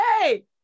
hey